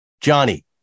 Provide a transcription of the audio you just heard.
Johnny